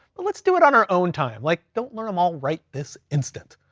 but let's do it on our own time. like don't learn them all, right this instant.